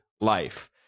life